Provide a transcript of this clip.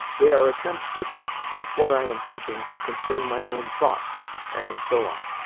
they are attempts to think of what i am thinking concerning my own thoughts and so on.